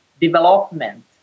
development